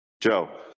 Joe